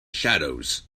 shadows